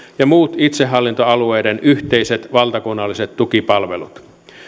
ja muut itsehallintoalueiden yhteiset valtakunnalliset tukipalvelut